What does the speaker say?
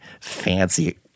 fancy